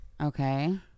Okay